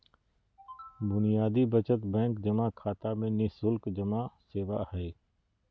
बुनियादी बचत बैंक जमा खाता में नि शुल्क उपलब्ध सेवा हइ